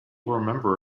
remember